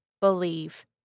believe